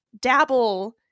dabble